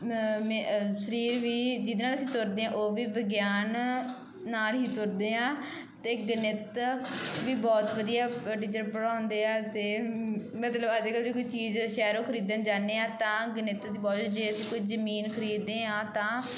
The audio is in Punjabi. ਮੈਂ ਸ਼ਰੀਰ ਵੀ ਜਿਹਦੇ ਨਾਲ ਅਸੀਂ ਤੁਰਦੇ ਹਾਂ ਉਹ ਵੀ ਵਿਗਿਆਨ ਨਾਲ ਹੀ ਤੁਰਦੇ ਹਾਂ ਅਤੇ ਗਣਿਤ ਵੀ ਬਹੁਤ ਵਧੀਆ ਟੀਚਰ ਪੜਾਉਂਦੇ ਆ ਅਤੇ ਮਤਲਬ ਅੱਜ ਕਲ੍ਹ ਜੋ ਕੋਈ ਚੀਜ਼ ਸ਼ਹਿਰੋਂ ਖਰੀਦਣ ਜਾਂਦੇ ਹਾਂ ਤਾਂ ਗਣਿਤ ਦੀ ਬਹੁਤ ਜੇ ਅਸੀਂ ਕੋਈ ਜ਼ਮੀਨ ਖਰੀਦਦੇ ਹਾਂ ਤਾਂ